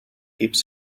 keeps